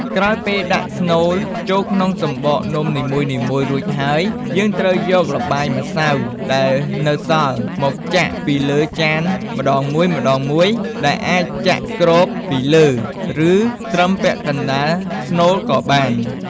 ក្រោយពេលដាក់ស្នូលចូលក្នុងសំបកនំនីមួយៗរួចហើយ យើងត្រូវយកល្បាយម្សៅដែលនៅសល់មកចាក់ពីលើចានម្ដងមួយៗ ដែលអាចចាក់គ្របពីលើ ឬត្រឹមពាក់កណ្ដាលស្នូលក៏បាន។